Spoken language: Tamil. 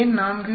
ஏன் 4